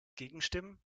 gegenstimmen